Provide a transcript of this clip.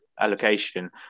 allocation